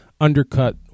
undercut